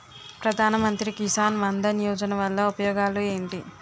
ప్రధాన మంత్రి కిసాన్ మన్ ధన్ యోజన వల్ల ఉపయోగాలు ఏంటి?